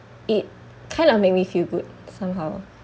it kind of make me feel good somehow